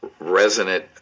resonant